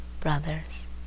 BROTHERS